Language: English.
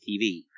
TV